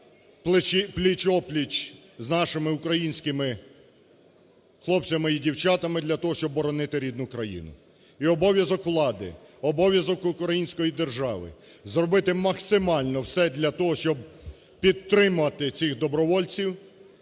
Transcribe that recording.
пліч-о-пліч з нашими українськими хлопцями і дівчатами для того, щоб боронити рідну країну. І обов'язок влади, обов'язок української держави – зробити максимально все для того, щоб підтримати цих добровольців.